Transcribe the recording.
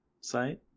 site